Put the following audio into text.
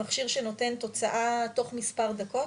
מכשיר שנותן תוצאה תוך מס' דקות,